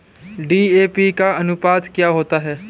DAP का अनुपात क्या होता है?